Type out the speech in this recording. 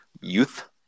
Youth